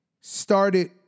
Started